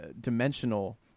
dimensional